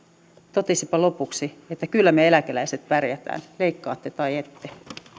totesipa lopuksi että kyllä me eläkeläiset pärjätään leikkaatte tai ette